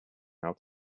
how